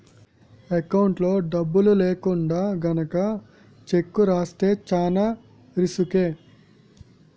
ఎకౌంట్లో డబ్బులు లేకుండా గనక చెక్కు రాస్తే చానా రిసుకే